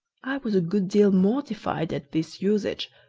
i was a good deal mortified at this usage,